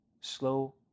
Slow